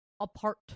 apart